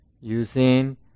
using